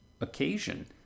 occasion